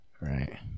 Right